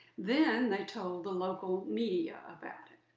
then they told the local media about it.